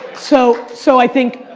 so so i think,